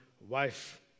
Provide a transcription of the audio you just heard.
wife